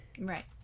Right